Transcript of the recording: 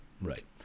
Right